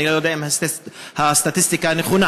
אני לא יודע אם הסטטיסטיקה נכונה,